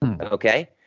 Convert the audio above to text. Okay